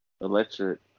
electric